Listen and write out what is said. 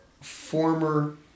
former